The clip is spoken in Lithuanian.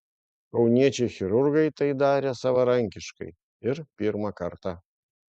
kauniečiai chirurgai tai darė savarankiškai ir pirmą kartą